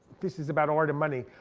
this is about art and money,